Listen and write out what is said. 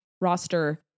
roster